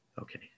Okay